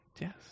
Yes